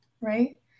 right